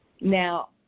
Now